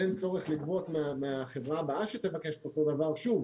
אין צורך לגבות מהחברה הבאה שתבקש את אותו דבר שוב